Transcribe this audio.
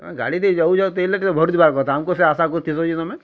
ତମେ ଗାଡ଼ି ଦେଇ ଯାଉଛ ତେଲ୍ ଲିଟରେ ଭରି ଦବା କଥା ତମକୁ ସେ ଆଶା କରିଥିସ ତମେ